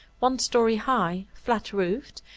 one story high, flat-roofed,